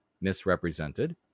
misrepresented